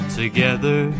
together